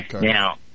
Now